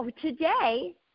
today